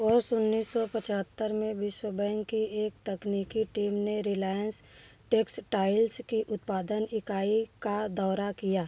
वर्ष उन्नीस सौ पचहत्तर में विश्व बैंक की एक तकनीकी टीम ने रिलायंस टेक्सटाइल्ज़ की उत्पादन इकाई का दौरा किया